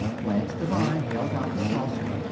blanche devine held out the saucer,